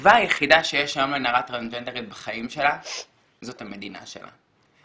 התקווה היחידה שיש היום לנערה טרנסג'נדרית בחיים שלה זאת המדינה שלה,